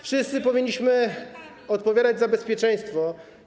Wszyscy powinniśmy odpowiadać za bezpieczeństwo.